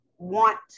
want